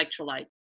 electrolyte